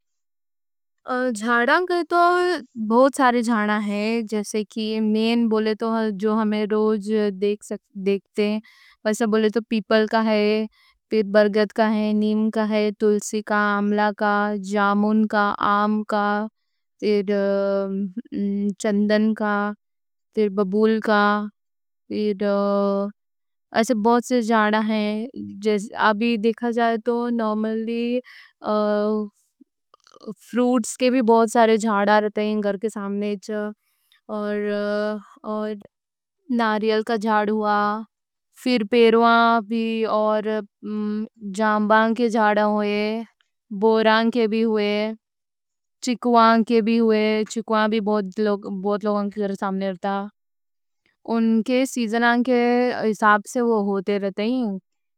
جھاڑا کے تو بہت سارے جھاڑا ہیں، جیسے کی میں بولے تو جو ہمیں روز دیکھتے ہیں، بس بولے تو پیپل کا ہے، پھر برگت کا ہے، نیم کا ہے، تلسی کا، آملہ کا، جامون کا، آم کا، پھر چندن کا، پھر ببول کا، پھر ایسے بہت سے جھاڑا ہیں۔ ابھی دیکھا جائے تو۔ نوملی فروٹس کے بھی بہت سارے جھاڑا رہتے ہیں گھر کے سامنے۔ اور ناریل کا جھاڑ ہوا پھر پیروان بھی اور۔ جامبان کے جھاڑا ہوئے، بوران کے بھی ہوئے، چکوان کے بھی ہوئے، چکوان بھی۔ بہت لوگوں، بہت لوگوں کے سامنے رہتا، ان کے سیزن کے حساب سے وہ ہوتے رہتے ہیں.